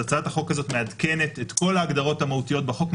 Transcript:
הצעת החוק הזאת מעדכנת את כל ההגדרות המהותיות בחוק,